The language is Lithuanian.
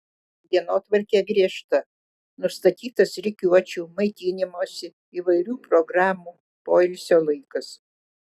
dienotvarkė griežta nustatytas rikiuočių maitinimosi įvairių programų poilsio laikas